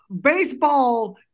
baseball